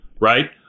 right